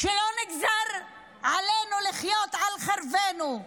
שלא נגזר עלינו לחיות על חרבנו.